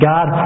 God